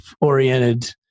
oriented